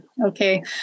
okay